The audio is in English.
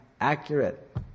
accurate